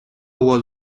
was